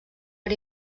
per